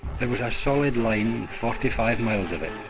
there was a solid line, forty five miles of it.